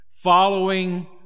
following